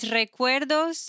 recuerdos